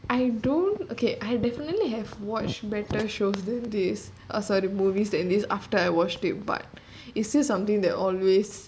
I don't okay I definitely have watched better shows than this oh sorry movie than this after I watched it but it's still something that always